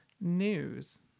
news